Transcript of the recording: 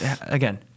again